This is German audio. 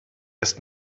erst